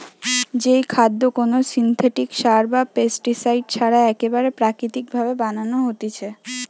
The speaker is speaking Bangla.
যেই খাদ্য কোনো সিনথেটিক সার বা পেস্টিসাইড ছাড়া একেবারে প্রাকৃতিক ভাবে বানানো হতিছে